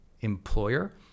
employer